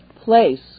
place